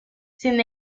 sin